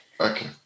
Okay